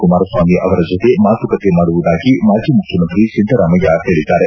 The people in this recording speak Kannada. ಕುಮಾರಸ್ವಾಮಿ ಅವರ ಜೊತೆ ಮಾತುಕತೆ ಮಾಡುವುದಾಗಿ ಮಾಜಿ ಮುಖ್ಯಮಂತ್ರಿ ಸಿದ್ದರಾಮಯ್ಯ ಹೇಳಿದ್ದಾರೆ